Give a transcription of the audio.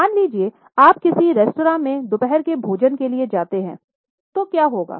मान लीजिए आप किसी रेस्तरां में दोपहर के भोजन के लिए जाते हैं तो क्या होगा